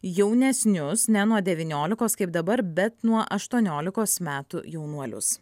jaunesnius ne nuo devyniolikos kaip dabar bet nuo aštuoniolikos metų jaunuolius